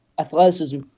athleticism